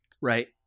Right